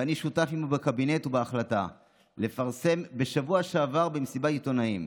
ואני שותף עימו בקבינט ובהחלטה לפרסם בשבוע שעבר במסיבת עיתונאים,